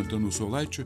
antanu saulaičiu